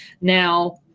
Now